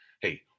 Hey